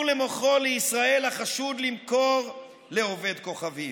אסור למכרו לישראל החשוד למכור לעובד כוכבים.